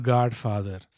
Godfather